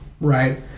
right